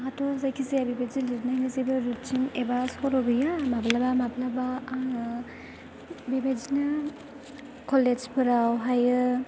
आंहाथ' जायखि जाया बेबायदि लिरनायनि जेबो रुटिन एबा सर' गैया माब्लाबा माब्लाबा आङो बेबायदिनो कलेजफोरावहाय